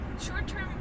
Short-term